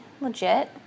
legit